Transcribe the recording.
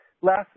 last